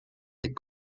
des